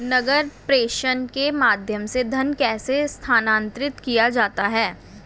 नकद प्रेषण के माध्यम से धन कैसे स्थानांतरित किया जाता है?